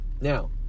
Now